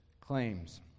claims